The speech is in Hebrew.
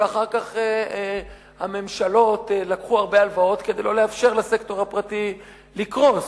ואחר כך הממשלות לקחו הרבה הלוואות כדי לא לאפשר לסקטור הפרטי לקרוס.